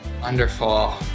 wonderful